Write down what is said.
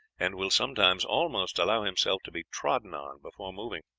and will sometimes almost allow himself to be trodden on before moving.